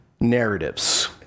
narratives